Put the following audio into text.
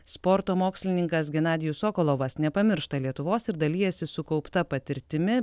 sporto mokslininkas genadijus sokolovas nepamiršta lietuvos ir dalijasi sukaupta patirtimi